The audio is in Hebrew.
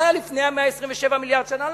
מה היה לפני 127 מיליארד שנה?